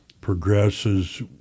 progresses